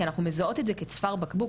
כי אנחנו מזהות את זה כצוואר בקבוק,